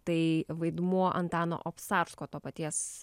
tai vaidmuo antano obcarsko to paties